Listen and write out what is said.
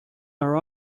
are